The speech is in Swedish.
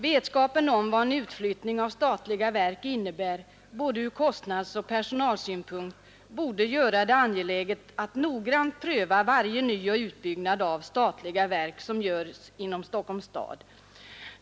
Vetskapen om vad en utflyttning av statliga verk innebär, både ur kostnadssynpunkt och ur personalsynpunkt, borde göra det angeläget att noggrant pröva varje nyoch utbyggnad av statliga verk inom Stockholms stad.